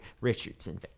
Richardson